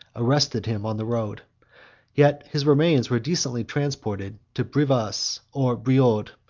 arrested him on the road yet his remains were decently transported to brivas, or brioude,